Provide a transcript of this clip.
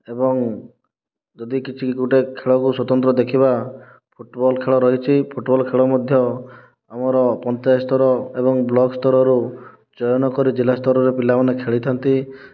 ଏବଂ ଯଦି କିଛି ଗୋଟାଏ ଖେଳାକୁ ସ୍ୱତନ୍ତ୍ର ଦେଖିବା ଫୁଟବଲ ଖେଳ ରହିଛି ଫୁଟବଲ ଖେଳ ମଧ୍ୟ ଆମର ପଞ୍ଚାୟତ ସ୍ତର ଏବଂ ବ୍ଲକ ସ୍ତରରୁ ଚୟନ କରି ଜିଲ୍ଲା ସ୍ତର ପିଲାମାନେ ଖେଳିଥାନ୍ତି